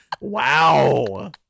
Wow